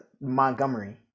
montgomery